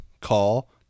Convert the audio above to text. Call